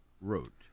wrote